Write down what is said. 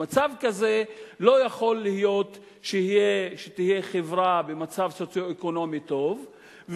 במצב כזה לא יכול להיות שתהיה חברה במצב סוציו-אקונומי טוב.